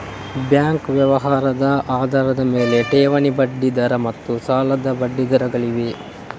banking ವ್ಯವಹಾರದ ಆಧಾರದ ಮೇಲೆ, ಠೇವಣಿ ಬಡ್ಡಿ ದರ ಮತ್ತು ಸಾಲದ ಬಡ್ಡಿ ದರಗಳಿವೆ